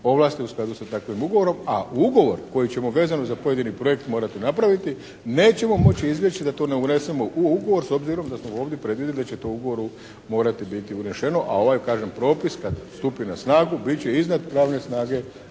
ovlaste u skladu sa takvim ugovorom, a ugovor koji ćemo vezano za pojedini projekt morati napraviti nećemo moći izbjeći da to ne unesemo u ugovor s obzirom da smo ovdje predvidjeli da će to u ugovoru morati biti unešeno, a ovaj, kažem, propis kad stupi na snagu bit će iznad pravne snage